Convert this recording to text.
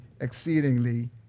exceedingly